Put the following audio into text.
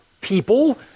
people